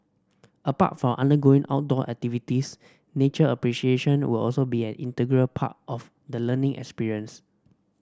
apart from undergoing outdoor activities nature appreciation will also be an integral part of the learning experience